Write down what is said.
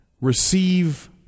Receive